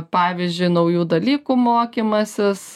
pavyzdžiui naujų dalykų mokymasis